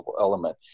element